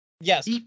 Yes